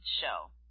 show